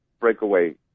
breakaway